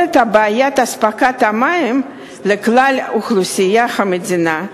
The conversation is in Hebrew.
את בעיית אספקת המים לכלל אוכלוסיית המדינה?